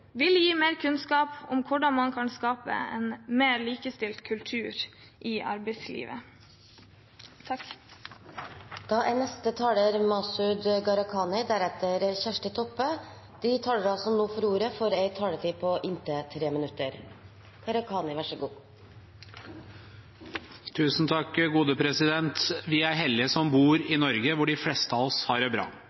vil gi mer kunnskap om hvordan man kan skape en mer likestilt kultur i arbeidslivet. De talere som heretter får ordet, har en taletid på inntil 3 minutter. Vi er heldige som bor i Norge, hvor de fleste av oss har det bra.